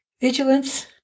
Vigilance